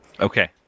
Okay